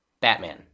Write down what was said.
Batman